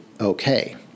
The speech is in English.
okay